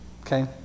Okay